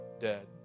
dead